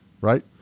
Right